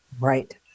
Right